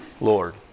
Lord